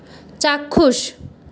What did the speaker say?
চাক্ষুষ